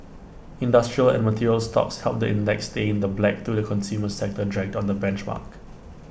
industrial and material stocks helped the index stay in the black though the consumer sector dragged on the benchmark